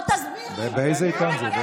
בוא תסביר לי, באיזה עיתון זה?